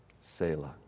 Selah